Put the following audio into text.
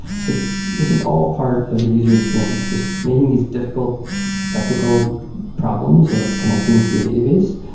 so this is all part of the user experiences. just making these difficult technical problems like connecting to a database,